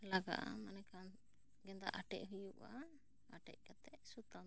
ᱞᱟᱜᱟᱜᱼᱟ ᱢᱟᱱᱮ ᱜᱮᱸᱫᱟ ᱟᱴᱮᱫ ᱦᱩᱭᱩᱜᱼᱟ ᱟᱴᱮᱫ ᱠᱟᱛᱮ ᱥᱩᱛᱟᱹᱢ ᱛᱮ